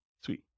Sweet